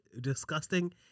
disgusting